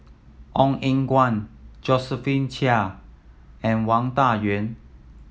Ong Eng Guan Josephine Chia and Wang Dayuan